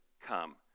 come